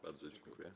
Bardzo dziękuję.